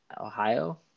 Ohio